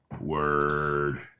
Word